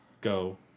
go